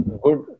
good